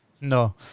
No